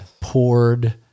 poured